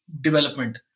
development